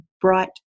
bright